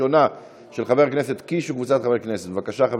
של חבר הכנסת קיש וקבוצת חברי כנסת.